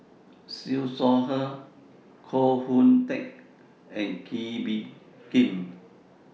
Siew Shaw Her Koh Hoon Teck and Kee Bee Khim